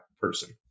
person